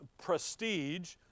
prestige